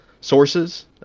sources